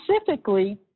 Specifically